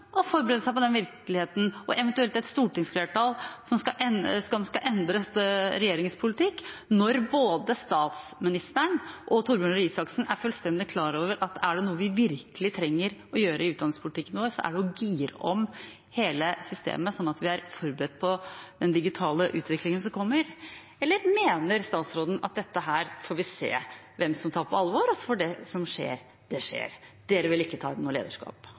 seg på den virkeligheten, eventuelt at et stortingsflertall skal endre regjeringens politikk, når både statsministeren og Torbjørn Røe Isaksen er fullstendig klar over at er det noe vi virkelig trenger å gjøre i utdanningspolitikken vår, er det å gire om hele systemet slik at vi er forberedt på den digitale utviklingen som kommer? Eller mener statsråden at her får vi se hvem som tar det på alvor, og så får det skje det som skjer – at regjeringen vil ikke ta noe lederskap?